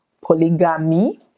polygamy